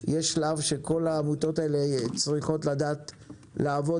יש שלב שכל העמותות האלה צריכות לדעת לעבוד